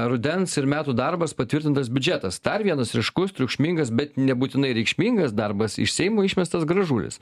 rudens ir metų darbas patvirtintas biudžetas dar vienas ryškus triukšmingas bet nebūtinai reikšmingas darbas iš seimo išmestas gražulis